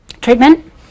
Treatment